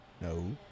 No